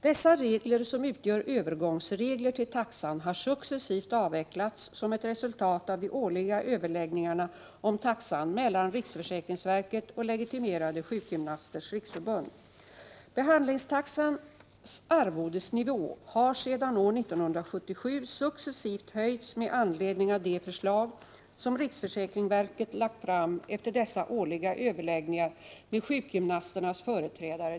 Dessa regler, som utgör övergångsregler till taxan, har successivt avvecklats som ett resultat av de årliga överläggningarna om taxan mellan riksförsäkringsverket och Legitimerade Sjukgymnasters Riksförbund. Behandlingstaxans arvodesnivå har sedan år 1977 successivt höjts med anledning av de förslag som riksförsäkringsverket lagt fram efter dessa årliga överläggningar med sjukgymnasternas företrädare.